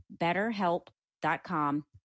betterhelp.com